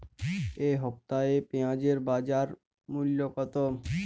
এ সপ্তাহে পেঁয়াজের বাজার মূল্য কত?